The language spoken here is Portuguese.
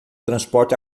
transporte